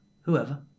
whoever